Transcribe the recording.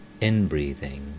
in-breathing